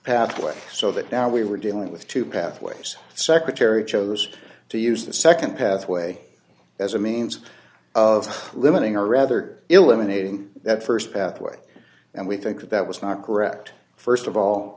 pathway so that now we were dealing with two pathways secretary chose to use the nd pathway as a means of limiting or rather eliminating that st pathway and we think that that was not correct st of all